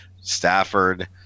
stafford